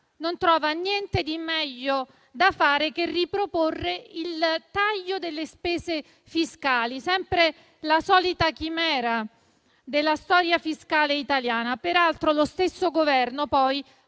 Non trova niente di meglio che riproporre il taglio delle spese fiscali: sempre la solita chimera della storia fiscale italiana. Peraltro, lo stesso Governo,